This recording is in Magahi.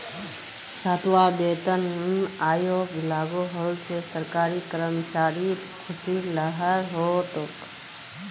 सातवां वेतन आयोग लागू होल से सरकारी कर्मचारिर ख़ुशीर लहर हो तोक